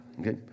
Okay